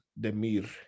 Demir